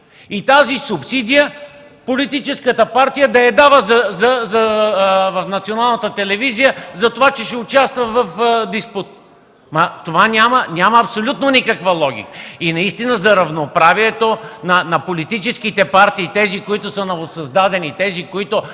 и тази субсидия политическата партия да я дава в Националната телевизия за това, че ще участва в диспут? В това няма абсолютно никаква логика! За равноправието на политическите партии и тези, които са новосъздадени, и тези, които